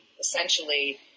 essentially